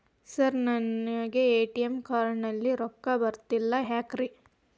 Sir ನನಗೆ ATM card ನಲ್ಲಿ ರೊಕ್ಕ ಬರತಿಲ್ಲ ಯಾಕ್ರೇ?